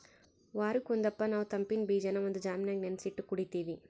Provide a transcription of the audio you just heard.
ವಾರುಕ್ ಒಂದಪ್ಪ ನಾವು ತಂಪಿನ್ ಬೀಜಾನ ಒಂದು ಜಾಮಿನಾಗ ನೆನಿಸಿಟ್ಟು ಕುಡೀತೀವಿ